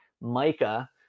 Micah